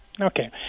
Okay